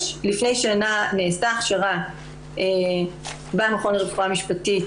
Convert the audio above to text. לפני שנה נעשתה הכשרה במכון לרפואה משפטית